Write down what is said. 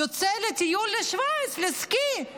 יוצא לטיול לשווייץ, לסקי.